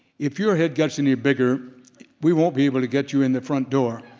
if your head gets any bigger we won't be able to get you in the front door.